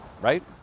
right